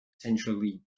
potentially